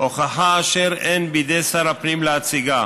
הוכחה אשר אין בידי שר הפנים להציגה